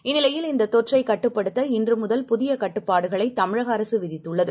இந்நிலையில்இந்ததொற்றைக்கட்டுப்படுத்தஇன்றுமுதல்புதியகட்டுப்பாடுக ளைதமிழகஅரசுவிதித்துள்ளது